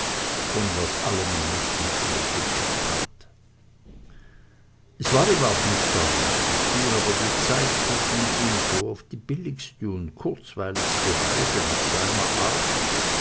von was allem er nicht den teufel verstand es war ihm auch nicht darum zu tun aber die zeit verging ihm so auf die billigste und kurzweiligste weise nach seiner art